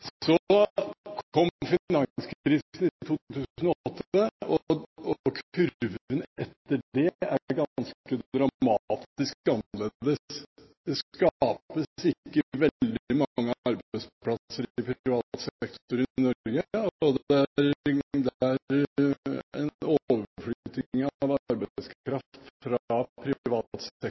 Så kom finanskrisen i 2008, og kurven etter det er ganske dramatisk annerledes. Det skapes ikke veldig mange arbeidsplasser i privat sektor i Norge, og det er en overflytting av arbeidskraft fra